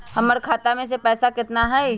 हमर खाता मे पैसा केतना है?